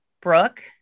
Brooke